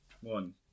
One